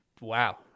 wow